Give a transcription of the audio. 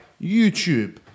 YouTube